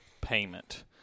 payment